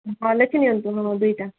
ହଁ ଲେଖି ନିଅନ୍ତୁ ହଁ ଦୁଇଟା